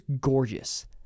gorgeous